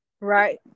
Right